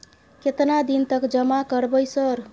केतना दिन तक जमा करबै सर?